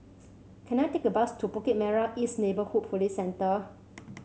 can I take a bus to Bukit Merah East Neighbourhood Police Centre